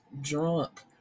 drunk